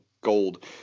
gold